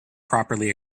properly